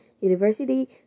university